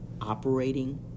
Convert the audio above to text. operating